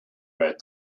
red